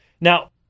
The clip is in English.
Now